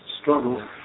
struggle